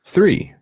Three